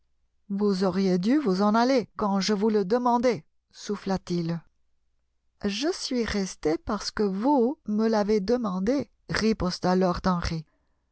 vous auriez dû vous en aller quand je vous le demandais souffla-t-il je suis resté parce que vous me l'avez demandé riposta lord